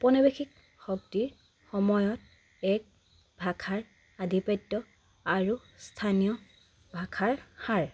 ঔপনিৱেশিক শক্তিৰ সময়ত এক ভাষাৰ আধিপত্য আৰু স্থানীয় ভাষাৰ সাৰ